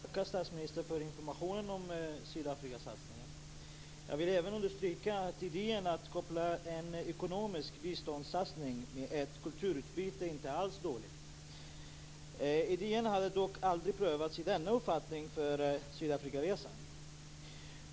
Herr talman! Jag tackar statsministern för informationen om Sydafrikasatsningen. Jag vill även understryka att idén att koppla en ekonomisk biståndssatsning med ett kulturutbyte inte alls är dålig. Idén hade dock aldrig prövats i denna tappning före Sydafrikaresan.